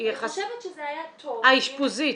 אני חושבת שזה היה טוב אם -- האשפוזית.